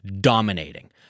dominating